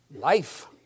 Life